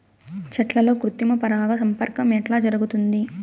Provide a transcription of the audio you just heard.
చెట్లల్లో కృత్రిమ పరాగ సంపర్కం ఎట్లా జరుగుతుంది?